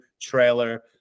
trailer